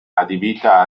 adibita